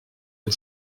une